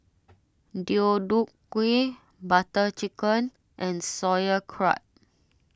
Deodeok Gui Butter Chicken and Sauerkraut